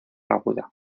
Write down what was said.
aguda